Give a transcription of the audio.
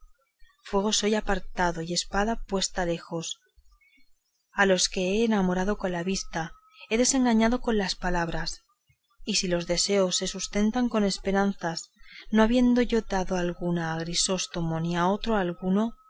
fuego soy apartado y espada puesta lejos a los que he enamorado con la vista he desengañado con las palabras y si los deseos se sustentan con esperanzas no habiendo yo dado alguna a grisóstomo ni a otro alguno